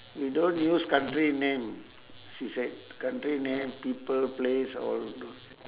we don't use country name she said country name people place all do~